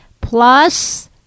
plus